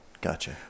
Gotcha